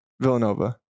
Villanova